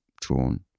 drawn